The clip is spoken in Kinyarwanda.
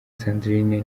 sandrine